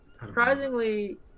Surprisingly